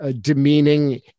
demeaning